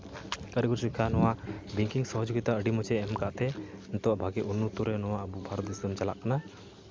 ᱠᱟᱹᱨᱤᱜᱚᱨᱤ ᱥᱤᱠᱠᱷᱟ ᱵᱮᱝᱠᱤᱝ ᱥᱚᱦᱚᱡᱳᱜᱤᱛᱟ ᱟᱹᱰᱤ ᱢᱚᱡᱽ ᱮ ᱮᱢ ᱠᱟᱜ ᱛᱮ ᱱᱤᱛᱚᱜ ᱵᱷᱟᱹᱜᱤ ᱩᱱᱱᱚᱛᱚ ᱨᱮ ᱱᱚᱣᱟ ᱵᱷᱟᱨᱛ ᱫᱤᱥᱚᱢ ᱪᱟᱞᱟᱜ ᱠᱟᱱᱟ